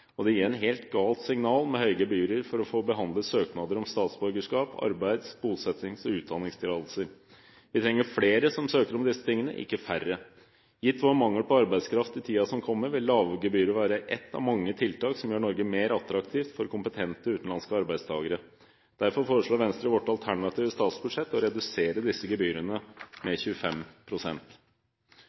og det gir et helt galt signal med høye gebyrer for å få behandlet søknader om statsborgerskap og arbeids-, bosettings- og utdanningstillatelser. Vi trenger flere som søker om dette, ikke færre. Gitt at vi har mangel på arbeidskraft i tiden som kommer, vil lave gebyrer være ett av mange tiltak som gjør Norge mer attraktivt for kompetente utenlandske arbeidstakere. Derfor foreslår vi i Venstre i vårt alternative statsbudsjett å redusere disse gebyrene med